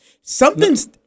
Something's